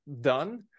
done